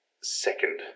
second